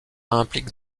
implique